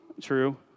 True